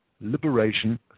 liberation